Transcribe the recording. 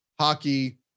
Hockey